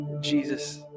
Jesus